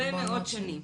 הרבה מאוד שנים.